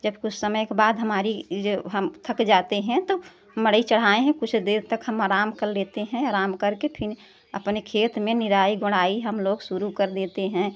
जब कुछ समय के बाद हमारी जो हम थक जाते हैं तो मड़ई चढ़ाए हैं कुछ देर तक हम आराम कर लेते हैं आराम करके फिन अपने खेत में निराई गोड़ाई हम लोग शुरू कर देते हैं